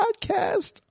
podcast